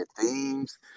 themes